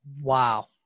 Wow